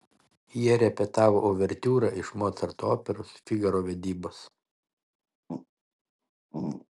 jie repetavo uvertiūrą iš mocarto operos figaro vedybos